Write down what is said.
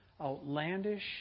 outlandish